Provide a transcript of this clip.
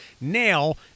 nail